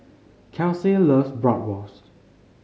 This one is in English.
Kelsey loves Bratwurst